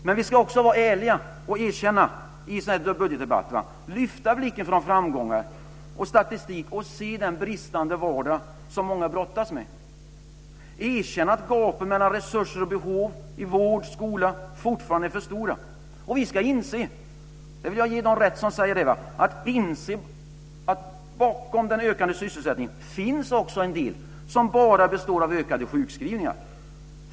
Men i en sådan här budgetdebatt ska vi också vara ärliga och lyfta blicken från framgångar och statistik och se den bristande vardag som många brottas med. Vi ska erkänna att gapet mellan resurser och behov inom vård och skola fortfarande är för stora, och vi ska inse - jag vill ge dem rätt som säger det - att bakom den ökande sysselsättningen finns också en del som bara består av ökade sjukskrivningar.